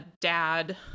dad